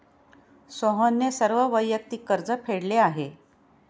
सोहनने सर्व वैयक्तिक कर्ज फेडले आहे